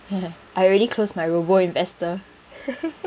I already close my robo investor